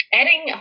adding